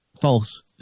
False